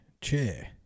chair